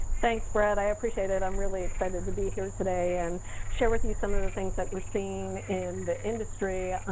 thanks, brett. i appreciate it. i'm really excited to be here today and share with you some of the things that we're seeing in the industry,